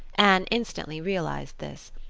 anne instantly realized this.